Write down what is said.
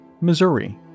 Missouri